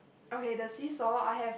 okay the see saw I have